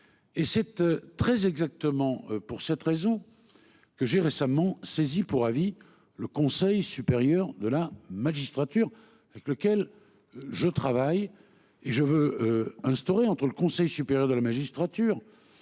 Et cette très exactement pour cette raison. Que j'ai récemment saisi pour avis. Le Conseil supérieur de la magistrature avec lequel je travaille et je veux instaurer entre le Conseil supérieur de la magistrature